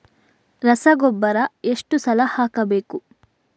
ರಸಗೊಬ್ಬರ ಎಷ್ಟು ಸಲ ಹಾಕಬೇಕು?